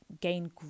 gain